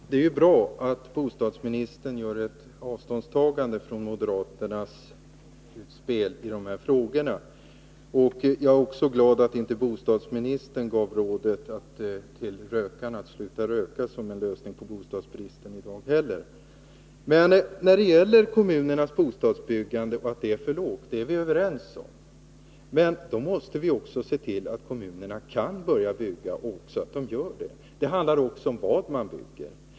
Herr talman! Det är bra att bostadsministern tar avstånd från moderaternas spel i de här frågorna. Jag är också glad att inte bostadsministern i dag igen gav rådet att rökarna skulle sluta röka för att vi skulle få en lösning på bostadsproblemen. Vi är överens om att kommunernas bostadsbyggande är för lågt, men då måste vi också se till att kommunerna kan börja bygga och att de även gör det. Det handlar också om vad man bygger.